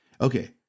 Okay